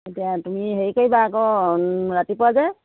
এতিয়া তুমি হেৰি কৰিবা আকৌ ৰাতিপুৱা যে